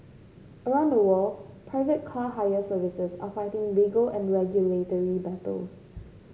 around the world private car hire services are fighting legal and regulatory battles